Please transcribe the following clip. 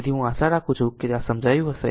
તેથી હું આશા રાખું છું કે આ સમજાયું હશે